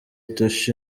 tosh